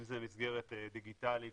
אם זו מסגרת דיגיטלית,